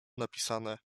napisane